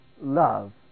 love